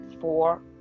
four